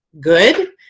good